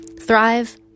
Thrive